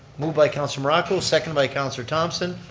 moved by counselor morocco, second by counselor thompson.